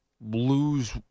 lose